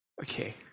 Okay